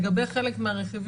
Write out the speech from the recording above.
לגבי חלק מהרכיבים,